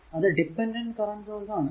അത് dependent current source ആണ്